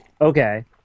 Okay